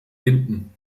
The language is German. hinten